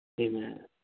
Amen